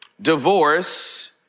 Divorce